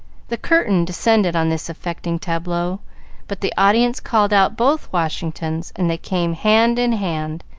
the curtain descended on this affecting tableau but the audience called out both washingtons, and they came, hand in hand,